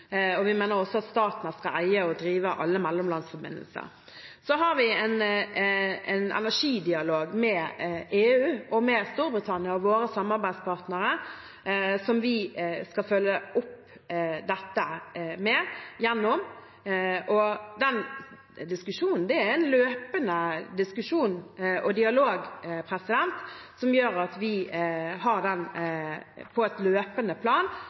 og vi mener også at Statnett skal eie og drive alle mellomlandsforbindelser. Vi har en energidialog med EU og med Storbritannia og våre samarbeidspartnere, som vi skal følge opp dette gjennom. Den diskusjonen er en løpende diskusjon og dialog – vi har den på et løpende plan